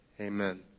Amen